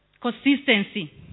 Consistency